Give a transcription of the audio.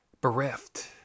bereft